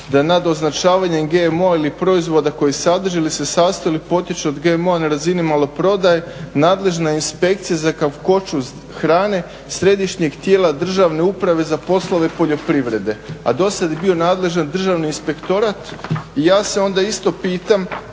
da nadoznačavanjem GMO-a ili proizvoda koji sadrži ili se sastoji ili potiče od GMO-a na razini maloprodaje, nadležna inspekcija za kakvoću hrane središnjeg tijela državne uprave za poslove poljoprivrede, a dosad je bio nadležan Državni inspektorat i ja se onda isto pitam